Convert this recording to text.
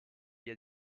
via